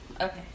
Okay